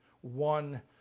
one